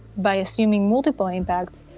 by assuming multiple impacts,